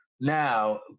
Now